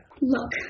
Look